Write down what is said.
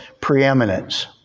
preeminence